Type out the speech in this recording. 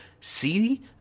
See